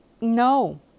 No